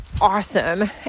awesome